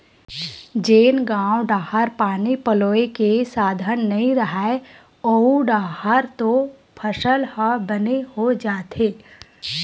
जेन गाँव डाहर पानी पलोए के साधन नइय रहय ओऊ डाहर तो फसल ह बने हो जाथे